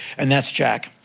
and that's jack.